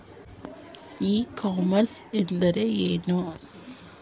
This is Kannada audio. ಇ ಕಾಮರ್ಸ್ ಎಂದರೆ ಏನು?